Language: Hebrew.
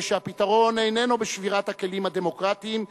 שהפתרון איננו בשבירת הכלים הדמוקרטיים,